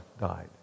died